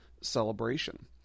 celebration